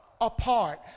apart